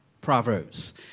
proverbs